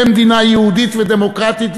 במדינה יהודית ודמוקרטית,